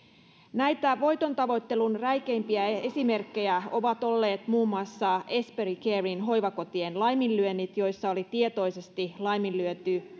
voitontavoittelun räikeimpiä esimerkkejä ovat olleet muun muassa esperi caren hoivakotien laiminlyönnit joissa oli tietoisesti laiminlyöty